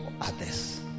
others